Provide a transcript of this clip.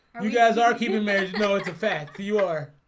you guys are keeping mares no, it's a fact you are